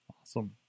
Awesome